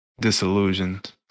disillusioned